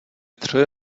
tři